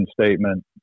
statement